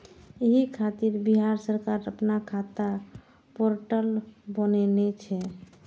एहि खातिर बिहार सरकार अपना खाता पोर्टल बनेने छै